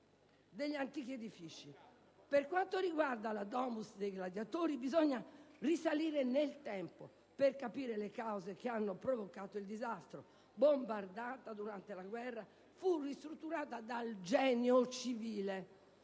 degli antichi edifici. Per quanto riguarda la *domus* dei gladiatori, bisogna risalire indietro nel tempo per capire le cause che hanno provocato il disastro: bombardata durante la guerra, fu ristrutturata dal Genio civile